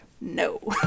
No